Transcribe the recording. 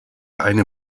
eine